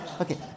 Okay